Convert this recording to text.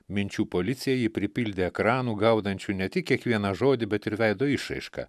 minčių policija jį pripildė ekranų gaudančių ne tik kiekvieną žodį bet ir veido išraišką